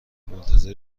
منتظر